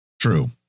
True